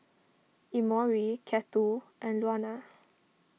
Emory Cato and Luana